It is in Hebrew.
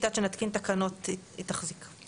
עד שנתקין תקנות היא תחזיק.